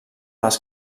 les